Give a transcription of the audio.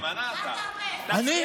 תימנע אתה, תימנע אתה.